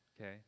Okay